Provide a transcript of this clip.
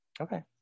Okay